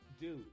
Dude